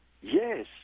Yes